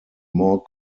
more